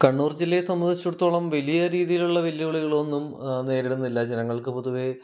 കണ്ണൂർ ജില്ലയിൽ സംബന്ധിച്ചിടത്തോളം വലിയ രീതിയിലുള്ള വെല്ലുവിളികളൊന്നും നേരിടുന്നില്ല ജനങ്ങൾക്ക് പൊതുവേ